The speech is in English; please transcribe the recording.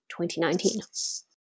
2019